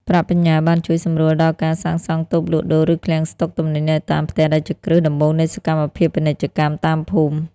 ប្រាក់បញ្ញើបានជួយសម្រួលដល់ការសាងសង់តូបលក់ដូរ ឬឃ្លាំងស្ដុកទំនិញនៅតាមផ្ទះ ដែលជាគ្រឹះដំបូងនៃសកម្មភាពពាណិជ្ជកម្មតាមភូមិ។